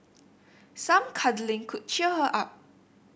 some cuddling could cheer her up